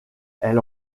elle